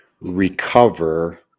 recover